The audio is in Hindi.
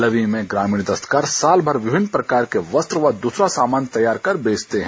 लवी में ग्रामीण दस्तकार साल भर विभिन्न प्रकार के वस्त्र व दूसरा सामान तैयार कर बेचते हैं